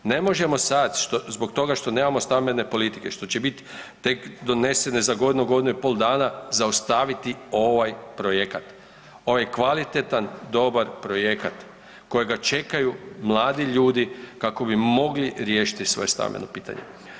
Ne možemo sad zbog toga što nemamo stambene politike, što će biti tek donesen za godinu, godinu i pol, zaustaviti ovaj projekta, ovaj kvalitetan, dobar projekat kojega čekaju mladi ljudi kako bi mogli riješiti svoje stambeno pitanje.